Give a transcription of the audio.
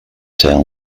tell